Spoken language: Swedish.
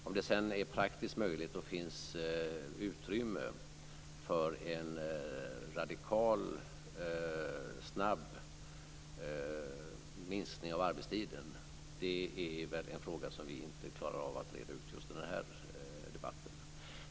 Om det sedan är praktiskt möjligt och finns utrymme för en radikal, snabb minskning av arbetstiden är en fråga som vi inte kan reda ut i just den här debatten.